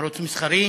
ערוץ מסחרי,